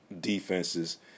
defenses